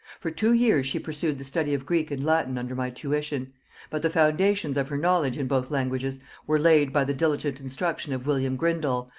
for two years she pursued the study of greek and latin under my tuition but the foundations of her knowledge in both languages were laid by the diligent instruction of william grindal,